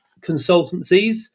consultancies